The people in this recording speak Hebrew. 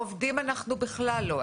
העובדים אנחנו בכלל לא.